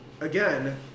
again